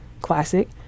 Classic